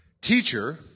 Teacher